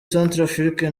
centrafrique